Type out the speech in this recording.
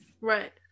right